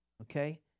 Okay